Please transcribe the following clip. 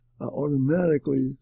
automatically